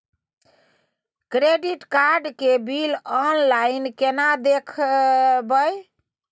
Credit card के bill online केना देखबय?